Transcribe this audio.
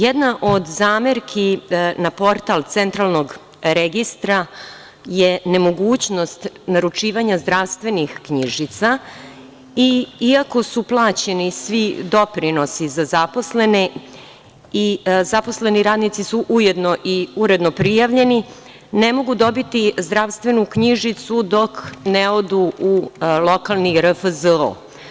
Jedna od zamerki na portal Centralnog registra je nemogućnost naručivanja zdravstvenih knjižica i iako su plaćeni svi doprinosi za zaposlene, i zaposleni radnici su ujedno i uredno prijavljeni, ne mogu dobiti zdravstvenu knjižicu dok ne odu u lokalni RFZO.